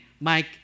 Mike